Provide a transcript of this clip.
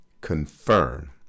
confirm